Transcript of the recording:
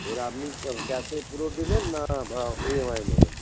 এবার আপনি ক্যাশে পুরো দিবেন না ইএমআইয়ে নেবেন